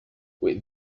with